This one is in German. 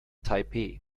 taipeh